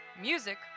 Music